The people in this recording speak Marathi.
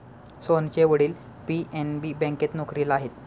सोहनचे वडील पी.एन.बी बँकेत नोकरीला आहेत